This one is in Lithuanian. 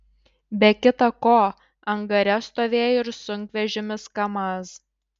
be kita ko angare stovėjo ir sunkvežimis kamaz